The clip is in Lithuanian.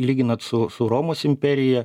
lyginat su su romos imperija